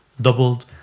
doubled